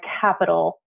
capital